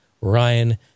Ryan